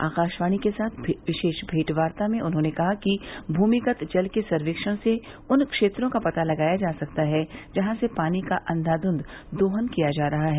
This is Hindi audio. आकाशवाणी के साथ विशेष मेंटवार्ता में उन्होंने कहा कि भूमिगत जल के सर्वेक्षण से उन क्षेत्रों का पता लगाया जा सकता है जहां से पानी का अंधाध्य दोहन किया गया है